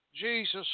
Jesus